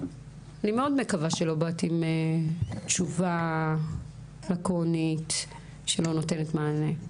אני מאוד מקווה שלא באת עם תשובה לקונית שלא נותנת מענה.